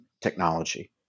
technology